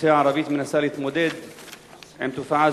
האוכלוסייה הערבית מנסה להתמודד עם תופעה